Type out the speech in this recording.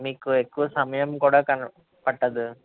మీకు ఎక్కువ సమయం కూడా క పట్టదు